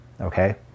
okay